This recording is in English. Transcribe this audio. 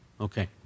Okay